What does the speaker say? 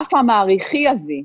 הגרף המעריכי הזה,